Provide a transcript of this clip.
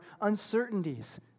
uncertainties